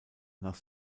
nach